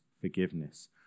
forgiveness